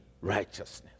righteousness